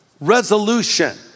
resolution